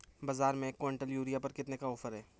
बाज़ार में एक किवंटल यूरिया पर कितने का ऑफ़र है?